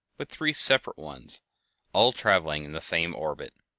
but three separate ones all traveling in the same orbit.